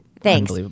Thanks